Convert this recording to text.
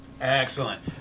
Excellent